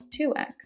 2X